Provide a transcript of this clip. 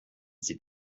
sie